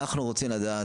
אנחנו רוצים לדעת,